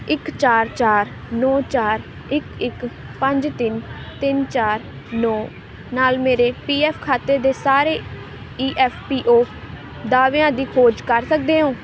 ਇੱਕ ਚਾਰ ਚਾਰ ਨੌਂ ਚਾਰ ਇੱਕ ਇੱਕ ਪੰਜ ਤਿੰਨ ਤਿੰਨ ਚਾਰ ਨੌਂ ਨਾਲ ਮੇਰੇ ਪੀ ਐਫ ਖਾਤੇ ਦੇ ਸਾਰੇ ਈ ਐਫ ਪੀ ਓ ਦਾਅਵਿਆਂ ਦੀ ਖੋਜ ਕਰ ਸਕਦੇ ਹੋ